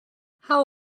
how